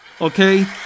okay